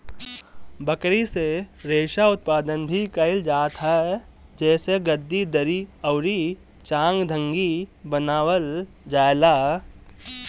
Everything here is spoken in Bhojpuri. बकरी से रेशा उत्पादन भी कइल जात ह जेसे गद्दी, दरी अउरी चांगथंगी बनावल जाएला